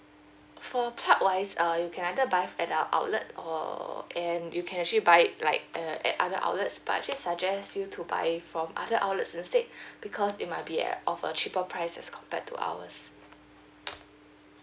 for part wise err you can either buy at our outlet or and you can actually buy it like err at other outlets but I actually suggest you to buy from other outlets instead because it might be err of a cheaper price as compared to ours